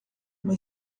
uma